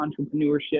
entrepreneurship